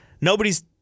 Nobody's